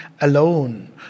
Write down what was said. alone